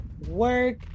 work